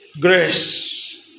grace